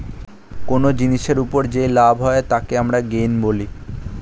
কোন জিনিসের ওপর যেই লাভ হয় তাকে আমরা গেইন বলি